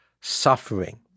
suffering